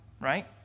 right